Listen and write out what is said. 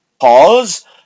pause